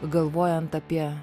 galvojant apie